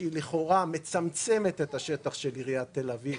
שלכאורה מצמצמת את שטח המדידה של עיריית תל אביב,